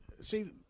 see